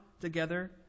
together